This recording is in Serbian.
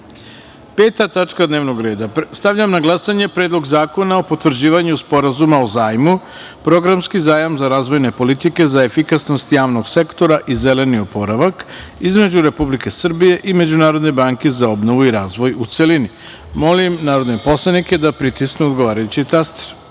tačka dnevnog reda – Stavljam na glasanje Predlog zakona o potvrđivanju Sporazuma o zajmu (Programski zajam za razvojne politike za efikasnost javnog sektora i zeleni oporavak) između Republike Srbije i Međunarodne banke za obnovu i razvoj, u celini. Molim narodne poslanike da pritisnu odgovarajući